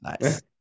nice